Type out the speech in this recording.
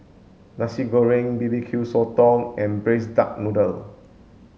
nasi goreng B B Q sotong and braised duck noodle